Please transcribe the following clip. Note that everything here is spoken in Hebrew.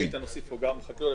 איתן הוסיף פה גם חקלאות.